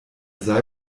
sei